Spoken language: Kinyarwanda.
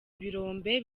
ibirombe